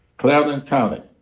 clarendon county.